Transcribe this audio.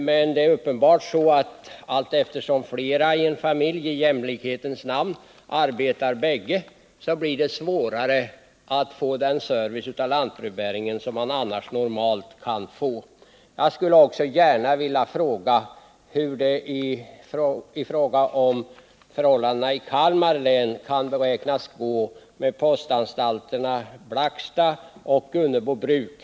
Men det är uppenbarligen så att det, allteftersom vi får fler familjer där båda makarna i jämlikhetens namn förvärvsarbetar, blir svårare att få den service genom lantbrevbäring som man annars normalt kan få. När det sedan gäller förhållandena i: Kalmar län vill jag fråga hur det kan beräknas gå med postanstalterna Blackstad och Gunnebobruk.